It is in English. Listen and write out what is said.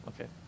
okay